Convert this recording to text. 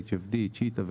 צ'יטה,